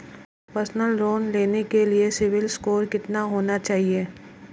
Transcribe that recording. Personal loan लेने के लिए सिबिल स्कोर कितना होना चाहिए?